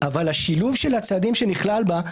אבל שילוב הצעדים שנכלל בה,